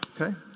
okay